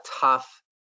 tough